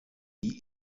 die